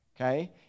okay